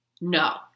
No